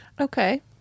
Okay